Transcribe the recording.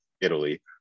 Italy